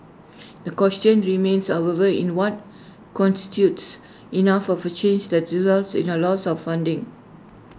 the question remains however in what constitutes enough of A change that results in A loss of funding